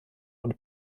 und